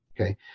okay